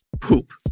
poop